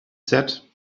said